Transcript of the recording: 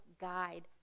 guide